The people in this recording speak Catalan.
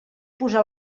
posar